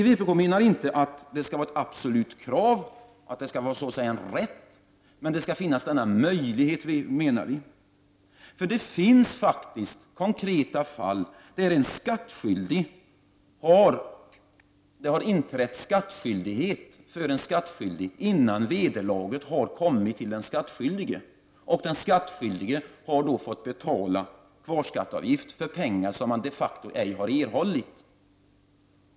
Vpk menar inte att det skall vara ett absolut krav, att det så att säga skall vara en rätt, men det skall finnas en möjlighet att efterge hela kvarskatteavgiften. Det finns, enligt vår åsikt, faktiskt konkreta fall, då det har inträtt skattskyldighet för en skattskyldig innan vederlaget har kommit till den skattskyldige. Den skattskyldige har då fått betala kvarskatteavgift för pengar som han de facto ej har erhållit.